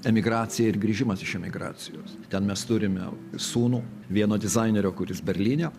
emigracija ir grįžimas iš emigracijos ten mes turime sūnų vieno dizainerio kuris berlyne